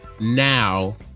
now